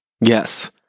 Yes